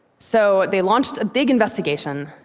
so they launched a big investigation,